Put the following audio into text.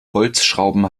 holzschrauben